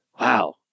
Wow